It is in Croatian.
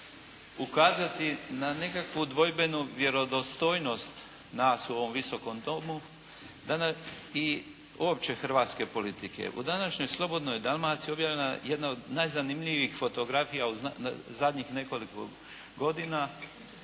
ukazati na nekakvu dvojbenu vjerodostojnost nas u ovom Visokom domu i uopće hrvatske politike. U današnjoj "Slobodnoj Dalmaciji" objavljena je jedna od najzanimljivijih fotografija u zadnjih nekoliko godina.